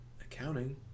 accounting